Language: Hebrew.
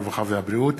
הרווחה והבריאות.